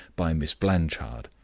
by miss blanchard.